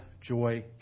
joy